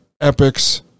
epics